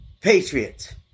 Patriots